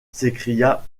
s’écria